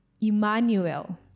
Emmanuel